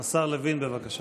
השר לוין, בבקשה.